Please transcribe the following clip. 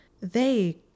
They